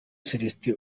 celestin